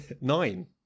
Nine